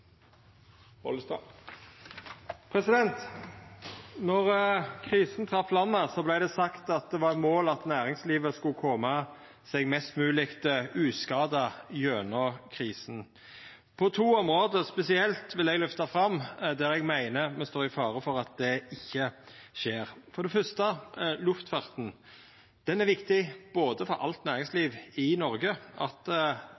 landet, vart det sagt at det var eit mål at næringslivet skulle koma seg mest mogleg uskadd gjennom krisa. Eg vil løfta fram spesielt to område der eg meiner me står i fare for at det ikkje skjer. For det fyrste: luftfarten. Den er viktig for alt næringsliv i Noreg. At